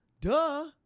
Duh